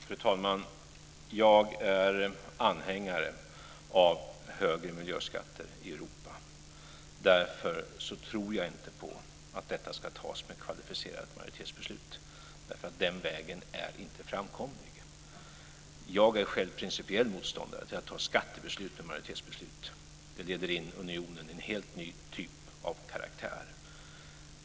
Fru talman! Jag är anhängare av högre miljöskatter i Europa. Därför tror jag inte på att detta beslut ska fattas med kvalificerad majoritet. Den vägen är inte framkomlig. Jag är själv principiell motståndare till att fatta skattebeslut med majoritet. Det leder in unionen i en helt ny karaktär.